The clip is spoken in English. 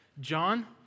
John